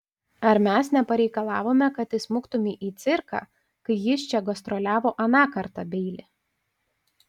ar mes nepareikalavome kad įsmuktumei į cirką kai jis čia gastroliavo aną kartą beili